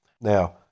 Now